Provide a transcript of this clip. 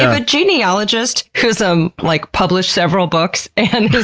a genealogist who has um like published several books and